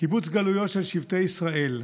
קיבוץ גלויות של שבטי ישראל,